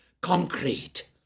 concrete